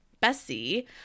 Bessie